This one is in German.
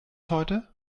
heute